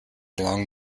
along